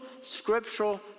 scriptural